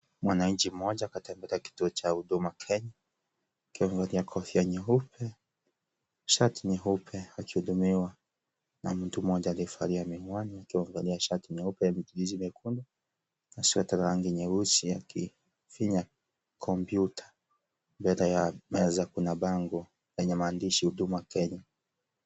Mwanainchi mmoja katika kituo kimoja cha huduma Kenya ,akiwa amevalia kofia nyeupe, shati nyeupe, akihudumiwa, na mtu mmoja aliyevalia miwani akiwa amevalia shati nyeupe michirizi miekundu na sweta ya rangi nyeusi ,akifinya kompyuta. Mbele ya meza kuna bango lenye maandishi, Huduma Kenya .